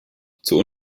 zur